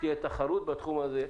שתהיה תחרות בתחום הזה.